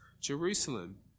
Jerusalem